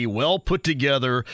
well-put-together